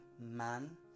man